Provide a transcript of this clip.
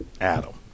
Adam